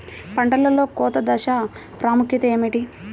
పంటలో కోత దశ ప్రాముఖ్యత ఏమిటి?